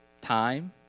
time